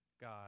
God